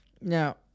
now